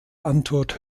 antwort